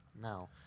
No